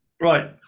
Right